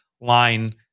line